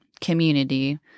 community